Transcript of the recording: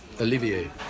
Olivier